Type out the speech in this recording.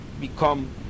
become